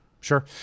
Sure